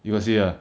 you got see ah